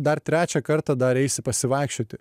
dar trečią kartą dar eisi pasivaikščioti